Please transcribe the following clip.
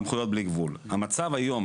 המצב היום